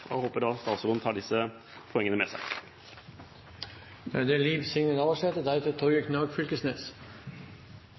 jeg bare ønske lykke til og håper at statsråden tar disse poengene med seg.